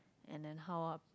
and how